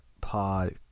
pod